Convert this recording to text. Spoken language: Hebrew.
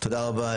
תודה רבה,